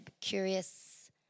curious